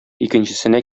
икенчесенә